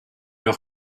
leur